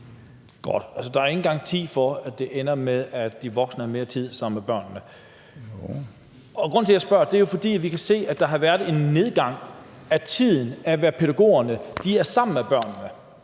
Godt, der er altså ingen garanti for, at det ender med, at de voksne har mere tid sammen med børnene. Grunden til, at jeg spørger, er jo, at vi kan se, at der har været en nedgang i den tid, som pædagogerne er sammen med børnene